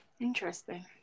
Interesting